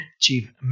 Chief